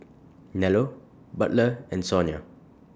Nello Butler and Sonja